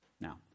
Now